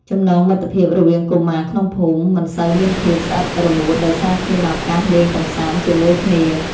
ចំណងមិត្តភាពរវាងកុមារក្នុងភូមិមិនសូវមានភាពស្អិតរមួតដោយសារគ្មានឱកាសលេងកម្សាន្តជាមួយគ្នា។